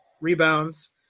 rebounds